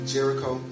Jericho